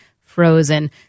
frozen